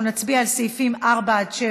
אנחנו נצביע על סעיפים 4 7,